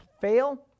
fail